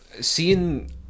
seeing